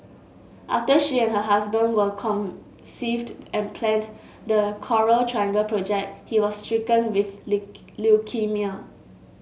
after she and her husband were conceived and planned the Coral Triangle project he was stricken with leukaemia